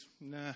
nah